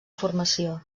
formació